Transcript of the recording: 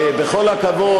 בכל הכבוד,